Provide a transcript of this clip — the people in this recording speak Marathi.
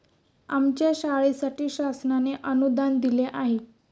आमच्या शाळेसाठी शासनाने अनुदान दिले आहे